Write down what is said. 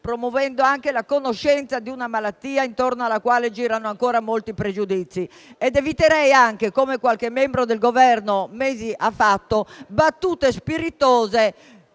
promuovendo anche la conoscenza di una malattia attorno alla quale girano ancora molti pregiudizi. Eviterei altresì, come qualche membro del Governo ha fatto, di fare battute spiritose